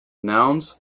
nouns